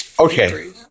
Okay